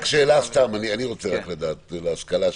אז רק שאלה, אני רוצה לדעת, להשכלה שלי: